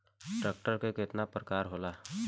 Tractor के केतना प्रकार होला?